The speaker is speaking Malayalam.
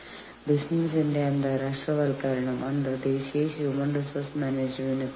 ഇതിന്റെ രണ്ടാം ഭാഗം യൂണിയൻ രൂപീകരണത്തിനോടുള്ള തിരഞ്ഞെടുപ്പിന് മുമ്പുള്ള സംഘടനയുടെ പെരുമാറ്റമാണ്